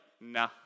no